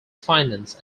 finance